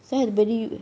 so everybody